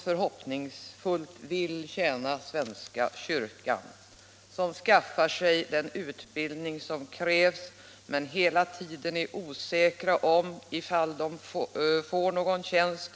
De vill tjäna svenska kyrkan, de skaffar sig den utbildning som krävs, men de är hela tiden osäkra på om de får någon tjänst.